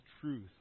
truth